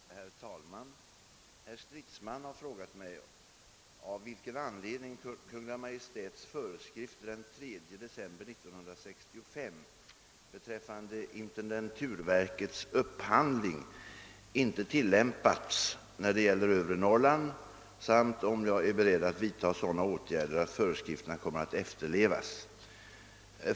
Herr talman! Herr Stridsman har frågat mig av vilken anledning Kungl. Maj:ts föreskrifter den 3 december 1965 beträffande intendenturverkets upphandling inte tillämpats när det gäller övre Norrland samt om jag är beredd att vidta sådana åtgärder att föreskrifterna kommer att efterlevas.